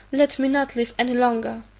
let me not live any longer.